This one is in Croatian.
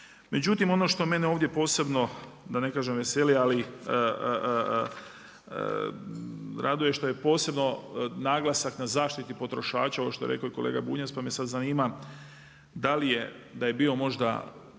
Međutim ono što mene ovdje posebno da ne kažem veseli, ali raduje što je posebno naglasak na zaštiti potrošača ovo što je rekao i kolega Bunjac, pa me sada zanima da li je da je bio možda